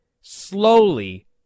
slowly